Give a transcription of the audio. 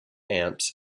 amps